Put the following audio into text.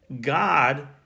God